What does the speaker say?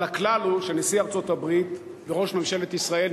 אבל הכלל הוא שנשיא ארצות-הברית וראש ממשלת ישראל